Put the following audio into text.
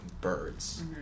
birds